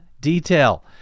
detail